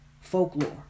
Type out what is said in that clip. folklore